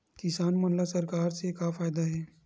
किसान मन ला सरकार से का फ़ायदा हे?